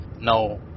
no